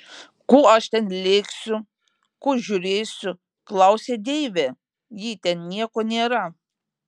ko aš ten lėksiu ko žiūrėsiu klausia deivė jei ten nieko nėra